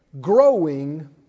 Growing